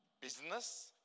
business